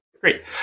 great